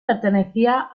pertenecía